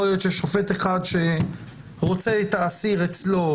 יכול להיות שופט אחד שרוצה את האסיר אצלו,